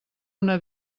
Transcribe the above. una